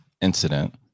incident